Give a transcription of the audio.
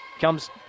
Comes